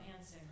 answer